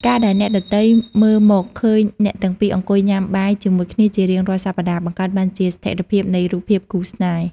ការដែលអ្នកដទៃមើលមកឃើញអ្នកទាំងពីរអង្គុយញ៉ាំបាយជាមួយគ្នាជារៀងរាល់សប្ដាហ៍ បង្កើតបានជាស្ថិរភាពនៃរូបភាពគូស្នេហ៍។